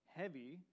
heavy